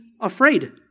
afraid